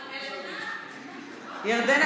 ירדנה,